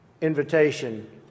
invitation